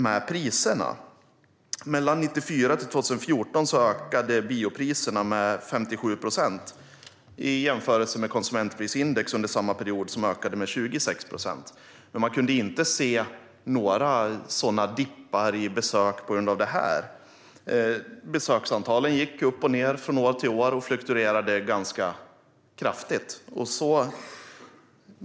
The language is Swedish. Mellan 1994 och 2014 ökade biopriserna med 57 procent, i jämförelse med konsumentprisindex som under samma period ökade med 26 procent. Man kunde inte se några sådana dippar i besök på grund av den ökningen. Besöksantalen gick upp och ned från år till år och fluktuerade ganska kraftigt.